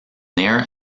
there